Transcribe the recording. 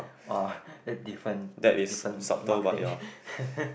!wah! that different different mark thing